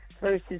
versus